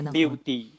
beauty